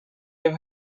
have